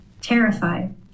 terrified